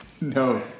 No